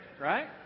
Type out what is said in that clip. right